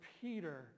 Peter